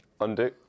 Undo